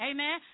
Amen